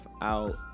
out